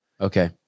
Okay